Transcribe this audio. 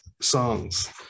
songs